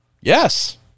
Yes